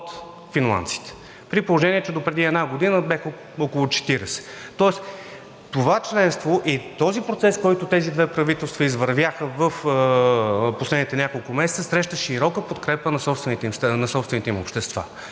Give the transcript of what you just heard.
от финландците, при положение че допреди една година бяха около 40. Тоест това членство и този процес, който тези две правителства извървяха в последните няколко месеца, среща широка подкрепа на собствените им общества